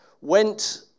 went